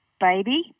baby